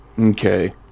Okay